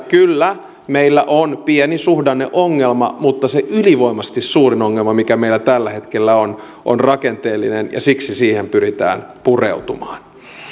kyllä meillä on pieni suhdanneongelma mutta se ylivoimaisesti suurin ongelma mikä meillä tällä hetkellä on on rakenteellinen ja siksi siihen pyritään pureutumaan